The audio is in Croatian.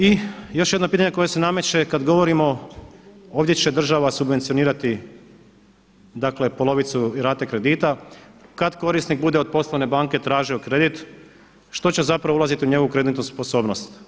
I još jedno pitanje koje se nameće kada govorimo ovdje će država subvencionirati polovicu rate kredita, kada korisnik bude od poslovne banke tražio kredit, što će ulaziti u njegovu kreditnu sposobnost?